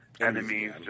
enemies